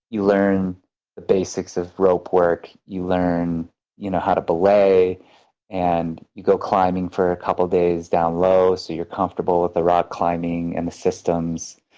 you learn basics of rope work. you learn you know how to belay and you go climbing for a couple days down low so your comfortable with the rock climbing and the systems.